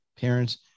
Parents